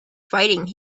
fighting